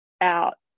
out